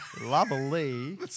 Lovely